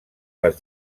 les